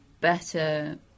better